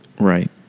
Right